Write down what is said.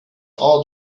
all